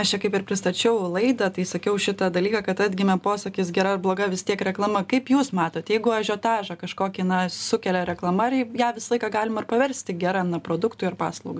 aš čia kaip ir pristačiau laidą tai sakiau šitą dalyką kad atgimė posakis gera ar bloga vis tiek reklama kaip jūs matot jeigu ažiotažą kažkokį na sukelia reklama ar ją visą laiką galima ir paversti gera na produktui ar paslaugai